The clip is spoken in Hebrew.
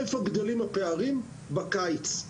הפערים גדלים בקיץ.